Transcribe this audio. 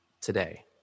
today